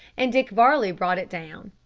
and dick varley brought it down.